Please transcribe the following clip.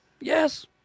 Yes